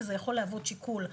וזה יכול להוות שיקול.